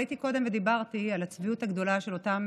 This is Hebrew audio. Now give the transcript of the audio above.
עליתי קודם ודיברתי על הצביעות הגדולה של אותן